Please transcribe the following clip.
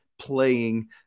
playing